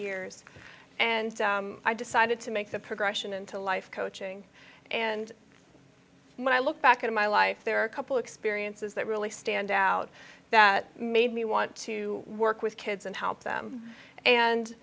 years and i decided to make the progression into life coaching and when i look back in my life there are a couple experiences that really stand out that made me want to work with kids and help them and